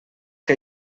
que